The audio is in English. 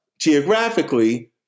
geographically